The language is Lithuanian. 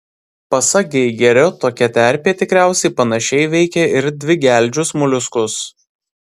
pasak geigerio tokia terpė tikriausiai panašiai veikia ir dvigeldžius moliuskus